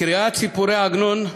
"קריאת סיפורי עגנון,